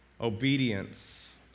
obedience